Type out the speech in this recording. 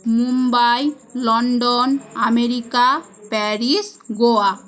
Mumbai London America Paris Goa